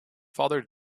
father